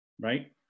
right